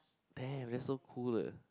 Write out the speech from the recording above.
damn that's so cool leh